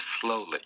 slowly